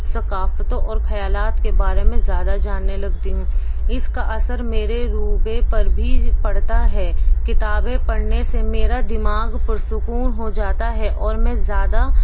ثکافتوں اور خیالات کے بارے میں زیادہ جاننے لگتی ہوں اس کا اثر میرے رویے پر بھی پڑتا ہے کتابیں پڑھنے سے میرا دماغ پرسکون ہو جاتا ہے اور میں زیادہ